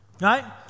right